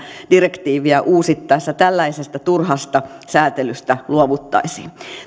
direktiiviä uusittaessa tällaisesta turhasta säätelystä luovuttaisiin